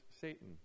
Satan